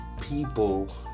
people